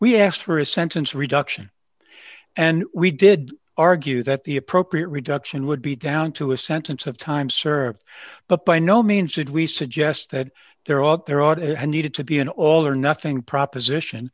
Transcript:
we asked for a sentence reduction and we did argue that the appropriate reduction would be down to a sentence of time served but by no means did we suggest that there ought there ought to have needed to be an all or nothing proposition